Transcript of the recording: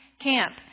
Camp